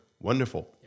Wonderful